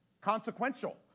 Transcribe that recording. consequential